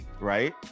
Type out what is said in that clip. right